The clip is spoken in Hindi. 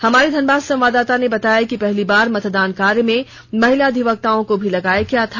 हमारे धनबाद संवाददाता ने बताया कि पहली बार मतदान कार्य में महिला अधिवक्ताओं को भी लगाया गया था